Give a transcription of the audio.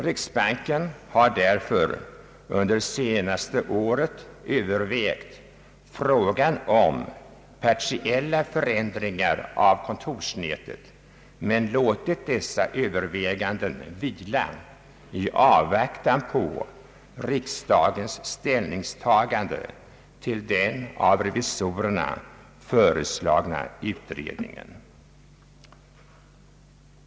Riksbanken har därför under senaste året övervägt frågan om partiella förändringar av kontorsnätet men låtit dessa överväganden vila i avvaktan på riksdagens ställningstagande till den av revisorerna föreslagna utredningen.